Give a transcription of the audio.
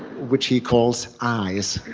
which he calls eyes.